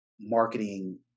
marketing